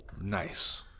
Nice